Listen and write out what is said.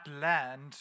land